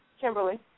Kimberly